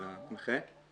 אלא מנחה.